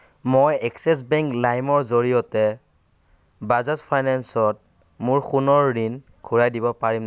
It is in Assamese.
মই এক্সেছ বেংক লাইমৰ জৰিয়তে বাজাজ ফাইনেন্সত মোৰ সোণৰ ঋণ ঘূৰাই দিব পাৰিমনে